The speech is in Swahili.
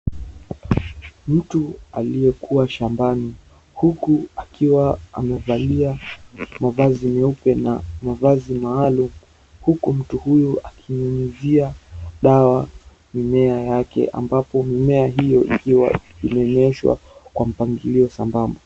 Mtu aliyekuwa shambani huku akiwa amevalia mavazi meupe na mavazi maalum, huku mtu huyu akinyunyuzia dawa mimea yake ambapo mimea hiyo ikiwa imemeeshwa kwa mpangilio sambamba.